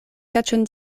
kaĉon